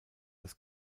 das